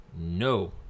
no